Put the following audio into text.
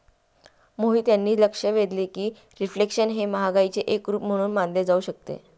मोहित यांनी लक्ष वेधले की रिफ्लेशन हे महागाईचे एक रूप म्हणून मानले जाऊ शकते